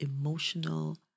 emotional